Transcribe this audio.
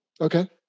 okay